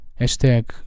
hashtag